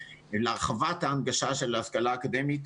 להרחבת ההנגשה של ההשכלה האקדמית